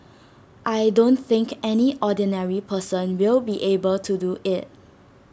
I don't think any ordinary person will be able to do IT